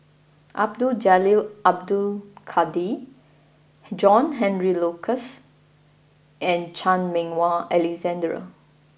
Abdul Jalil Abdul Kadir John Henry Duclos and Chan Meng Wah Alexander